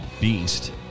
beast